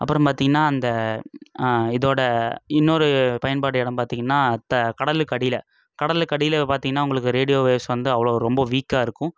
அப்புறம் பார்த்திங்கன்னா அந்த இதோடு இன்னொரு பயன்பாடு இடம் பார்த்திங்கன்னா த கடலுக்கு அடியில் கடலுக்கு அடியில் பார்த்திங்கன்னா உங்களுக்கு ரேடியோ வேவ்ஸ் வந்து அவ்வளோ ரொம்ப வீக்காக இருக்கும்